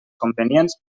convenients